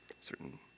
certain